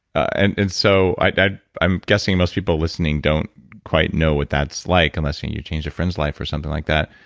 and and so i'm i'm guessing most people listening don't quite know what that's like unless and you've changed a friends life or something like that.